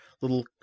little